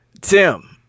Tim